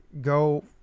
go